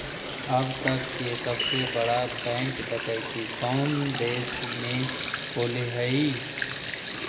अब तक के सबसे बड़ा बैंक डकैती कउन देश में होले हइ?